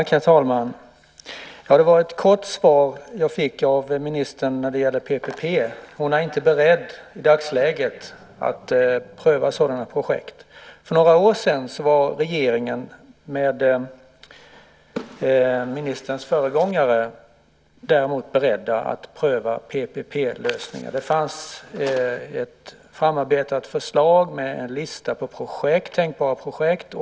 Herr talman! Det var ett kort svar jag fick av ministern när det gäller PPP. Hon är inte beredd i dagsläget att pröva sådana projekt. För några år sedan däremot var regeringen med ministerns föregångare beredda att pröva PPP-lösningar. Det fanns ett framarbetat förslag med en lista på tänkbara projekt.